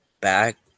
back